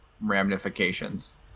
ramifications